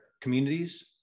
communities